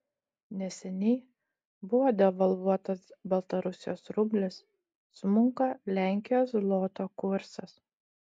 neseniai buvo devalvuotas baltarusijos rublis smunka lenkijos zloto kursas